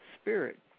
spirit